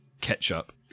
ketchup